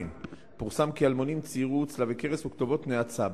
פורסם כי אלמונים ציירו צלבי קרס וכתובות נאצה,